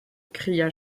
cria